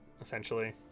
essentially